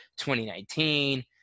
2019